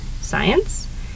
science